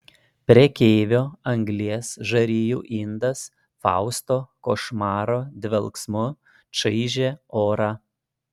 prekeivio anglies žarijų indas fausto košmaro dvelksmu čaižė orą